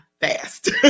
fast